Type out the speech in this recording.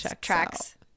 tracks